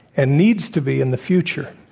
and needs to be in the future,